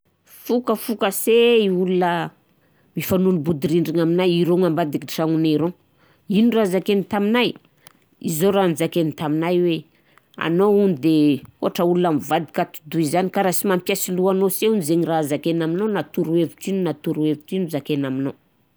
Fokafoka se i olona mifanila-bodirindrigna aminay io rôgna ambadika tragnonay rô. Ino raha nozakainy taminahy? Zao raha nozakainy taminahy oe: anao hony de ohatra olona mivadik'atidoha zany ka raha sy mampiasa loha anao se hony zaigny raha zakaina aminao na torohevitr'ino na torohevitr'ino zakaina aminao.